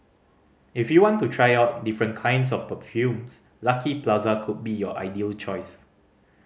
if you want to try out different kinds of perfumes Lucky Plaza could be your ideal choice